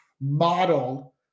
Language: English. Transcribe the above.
model